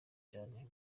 cyane